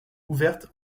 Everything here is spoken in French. ouverte